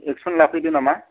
action लाफैदो नामा